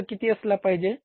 खर्च किती असला पाहिजे